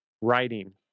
writing